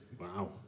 Wow